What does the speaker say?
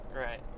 Right